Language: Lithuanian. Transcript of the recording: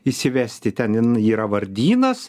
įsivesti ten yra vardynas